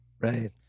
Right